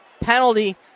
penalty